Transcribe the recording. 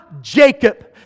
Jacob